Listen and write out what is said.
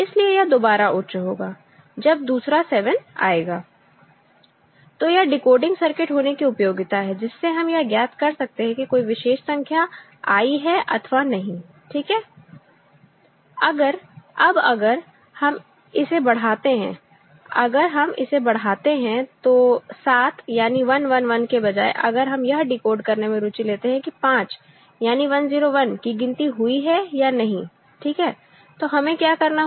इसलिए यह दोबारा उच्च होगा जब दूसरा 7 यानी 1 1 1 आएगा ठीक तो यह डिकोडिंग सर्किट होने की उपयोगिता है जिससे हम यह ज्ञात कर सकते हैं की कोई विशेष संख्या आई है अथवा नहीं ठीक है अब अगर हम इसे बढ़ाते हैं अगर हम इसे बढ़ाते हैं तो 7 यानी 111 के बजाय अगर हम यह डिकोड करने में रुचि लेते हैं कि5 यानी 101 की गिनती हुई है या नहीं ठीक है तो हमें क्या करना होगा